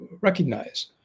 recognize